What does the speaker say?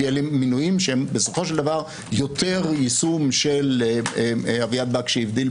כי אלה מינויים שהם בסופו של דבר יותר יישום אביעד בקשי בין